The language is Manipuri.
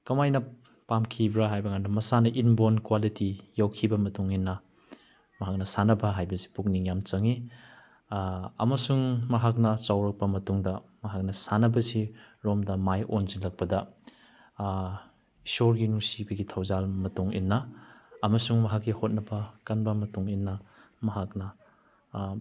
ꯀꯃꯥꯏꯅ ꯄꯥꯝꯈꯤꯕ꯭ꯔꯥ ꯍꯥꯏꯕ ꯀꯥꯟꯗ ꯃꯁꯥꯅ ꯏꯟꯕꯣꯔꯟ ꯀ꯭ꯋꯥꯂꯤꯇꯤ ꯌꯥꯎꯈꯤꯕ ꯃꯇꯨꯡ ꯏꯟꯅ ꯃꯍꯥꯛꯅ ꯁꯥꯟꯅꯕ ꯍꯥꯏꯕꯁꯤ ꯄꯨꯛꯅꯤꯡ ꯌꯥꯝ ꯆꯪꯉꯤ ꯑꯃꯁꯨꯡ ꯃꯍꯥꯛꯅ ꯆꯥꯎꯔꯛꯄ ꯃꯇꯨꯡꯗ ꯃꯍꯥꯛꯅ ꯁꯥꯟꯅꯕꯁꯤꯔꯣꯝꯗ ꯃꯥꯏ ꯑꯣꯟꯁꯤꯜꯂꯛꯄꯗ ꯏꯁꯣꯔꯒꯤ ꯅꯨꯡꯁꯤꯕꯒꯤ ꯊꯧꯖꯥꯜ ꯃꯇꯨꯡ ꯏꯟꯅ ꯑꯃꯁꯨꯡ ꯃꯍꯥꯛꯀꯤ ꯍꯣꯠꯅꯕ ꯀꯟꯕ ꯃꯇꯨꯡ ꯏꯟꯅ ꯃꯍꯥꯛꯅ